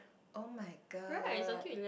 oh-my-God